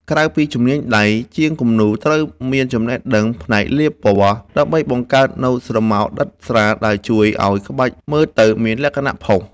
ក្រៅពីជំនាញដៃ ជាងគំនូរត្រូវមានចំណេះដឹងផ្នែកលាយពណ៌ ដើម្បីបង្កើតនូវស្រមោលដិតស្រាលដែលជួយឱ្យក្បាច់មើលទៅមានលក្ខណៈផុស ។